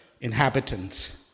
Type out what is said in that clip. inhabitants